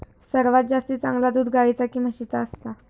सर्वात जास्ती चांगला दूध गाईचा की म्हशीचा असता?